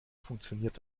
funktioniert